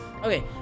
Okay